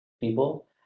People